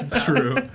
True